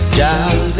down